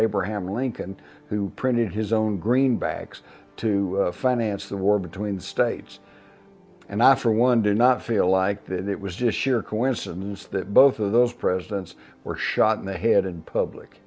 abraham lincoln who printed his own greenbacks to finance the war between the states and i for one do not feel like that it was issue or coincidence that both of those presidents were shot in the head in public